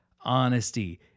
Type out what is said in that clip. honesty